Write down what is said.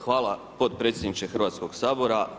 Hvala potpredsjedniče Hrvatskog sabora.